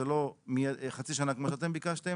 זה לא חצי שנה כמוש אתם ביקשתם.